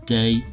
day